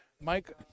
Mike